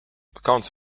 accounts